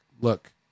look